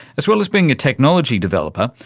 as well as being a technology developer,